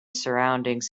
surroundings